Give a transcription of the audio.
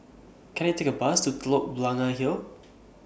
Can I Take A Bus to Telok Blangah Hill